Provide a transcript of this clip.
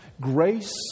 Grace